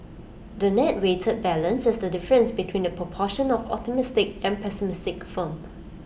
the net weighted balance is the difference between the proportion of optimistic and pessimistic firms